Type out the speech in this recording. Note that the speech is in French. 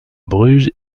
bruges